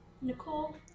Nicole